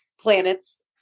planets